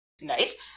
Nice